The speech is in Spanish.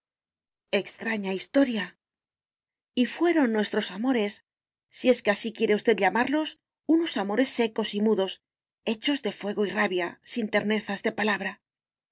extraña historia y fueron nuestros amores si es que así quiere usted llamarlos unos amores secos y mudos hechos de fuego y rabia sin ternezas de palabra